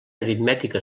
aritmètica